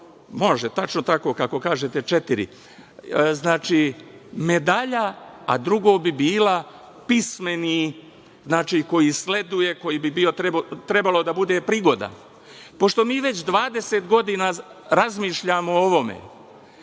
bila, tačno tako kako kažete, četiri, znači, medalja a drugo bi bila pismeni, koji sleduje, koji bi trebalo da bude prigodan. Pošto mi već 20 godina razmišljamo o ovome,